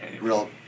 real